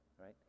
right